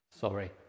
Sorry